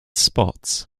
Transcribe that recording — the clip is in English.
spots